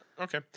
Okay